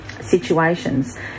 situations